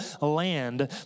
land